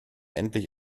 endlich